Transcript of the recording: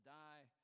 die